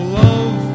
love